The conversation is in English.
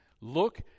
Look